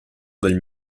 del